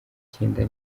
cyenda